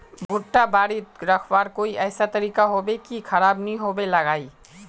भुट्टा बारित रखवार कोई ऐसा तरीका होबे की खराब नि होबे लगाई?